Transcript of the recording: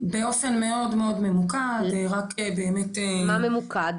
באופן מאוד מאוד ממוקד, רק באמת -- מה ממוקד?